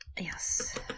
Yes